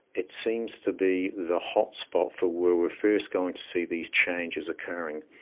it seems to be the hotspot for where we are first going to see these changes occurring.